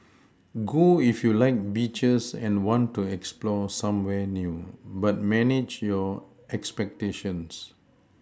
go if you like beaches and want to explore somewhere new but manage your expectations